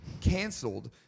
canceled